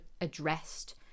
addressed